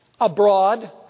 abroad